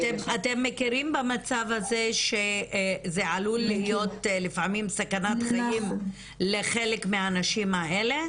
אתם מכירים במצב הזה שזה עלול לפעמים להיות סכנת חיים לחלק מהנשים האלה?